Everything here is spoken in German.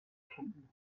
finden